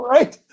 Right